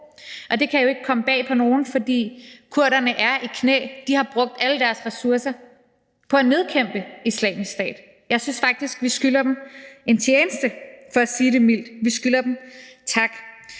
og det kan jo ikke komme bag på nogen, fordi kurderne er i knæ. De har brugt alle deres ressourcer på at nedkæmpe Islamisk Stat. Jeg synes faktisk, vi skylder dem en tjeneste – for at sige det mildt – vi skylder dem tak.